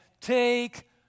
take